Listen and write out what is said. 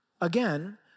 again